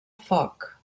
foc